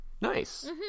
nice